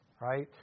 right